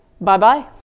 Bye-bye